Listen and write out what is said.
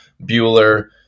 Bueller